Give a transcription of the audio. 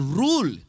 rule